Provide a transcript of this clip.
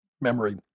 memory